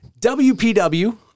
WPW